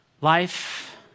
life